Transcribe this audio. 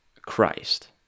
Christ